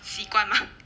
习惯吗